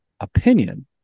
opinion